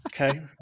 Okay